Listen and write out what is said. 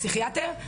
פסיכיאטר,